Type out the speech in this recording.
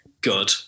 good